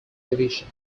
division